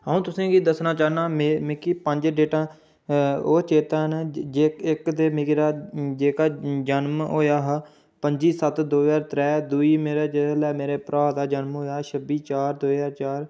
अ'ऊं तुसेंगी दस्सना चाह्न्ना मिगी पंज डेटां ओह् चेता न इक ते मेरा जेह्का जनम होआ हा पंजी सत्त दो ज्हार त्रै दूई मेरे जिसलै भ्राऽ दा जनम होआ छब्बी चार दो ज्हार चार